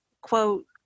quote